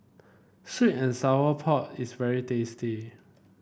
sweet and Sour Pork is very tasty